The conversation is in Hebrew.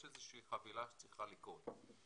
יש איזה שהיא חבילה שצריכה לקרות,